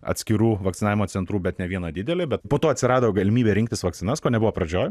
atskirų vakcinavimo centrų bet ne vieną didelį bet po to atsirado galimybė rinktis vakcinas ko nebuvo pradžioj